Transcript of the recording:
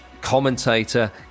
commentator